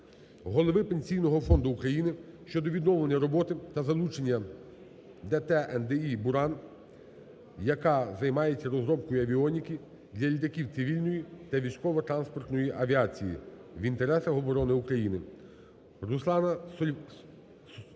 голови Пенсійного фонду України щодо відновлення роботи та залучення ДП "НДІ"Буран", яке займається розробкою авіоніки для літаків цивільної та військово-транспортної авіації, в інтересах оборони України. Руслана Сольвара